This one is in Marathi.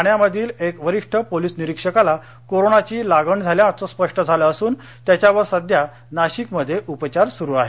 ठाण्यामधील एक वरिष्ठ पोलीस निरीक्षकाला कोरोनाची लागण झाल्याचं स्पष्ट झालं असून त्याच्यावर सध्या नाशिकमध्ये उपचार सुरु आहेत